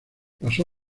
pasó